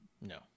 no